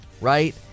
right